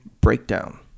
breakdown